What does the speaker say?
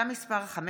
מאת חברי הכנסת